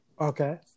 Okay